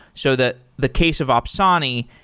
so the the case of opsani,